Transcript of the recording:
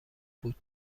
بود